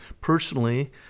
Personally